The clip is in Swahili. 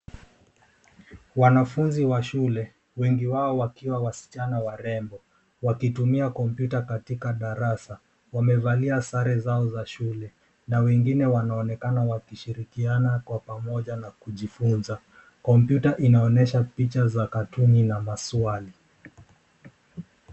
Wanafunzi wa shule, wengi wao wakiwa wasichana warembo. Wakitumia kompyuta katika darasa, wamevalia sare zao za shule and wengine wanaonekana wakishirikiana kwa pamoja na kujifunza. Kompyuta inaonyesha picha za katuni na maswali.